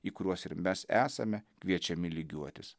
į kuriuos ir mes esame kviečiami lygiuotis